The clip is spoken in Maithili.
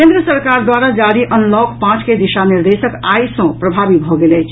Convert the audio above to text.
केन्द्र सरकार द्वारा जारी अनलॉक पांच के दिशा निर्देश आई सँ प्रभावी भऽ गेल अछि